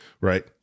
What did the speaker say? Right